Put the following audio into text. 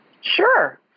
Sure